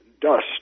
dust